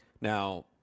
Now